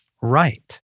right